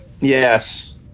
Yes